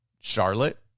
charlotte